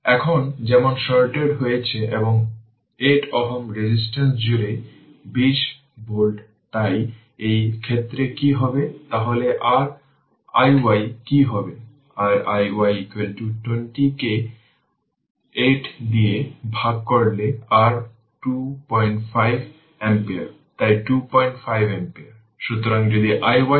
এখন যেমন শর্টেড হয়েছে এবং এই 8 Ω জুড়ে এই 20 ভোল্ট তাই এই ক্ষেত্রে কী হবে তাহলে r iy কী হবে r iy 20 কে 8 দিয়ে ভাগ করলে r 25 অ্যাম্পিয়ার তাই 25 অ্যাম্পিয়ার